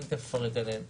ותיכף אפרט עליהם.